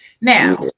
now